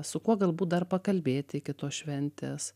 su kuo galbūt dar pakalbėti iki tos šventės